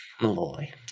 Malloy